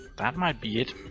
that might be it.